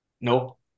Nope